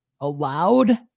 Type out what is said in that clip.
allowed